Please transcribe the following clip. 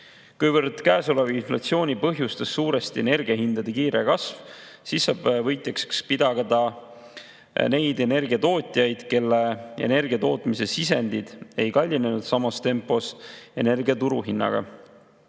Kuivõrd inflatsiooni põhjustas suuresti energiahindade kiire kasv, siis saab võitjaks pidada neid energiatootjaid, kelle energiatootmise sisendid ei kallinenud samas tempos energia turuhinnaga.